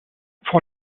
vor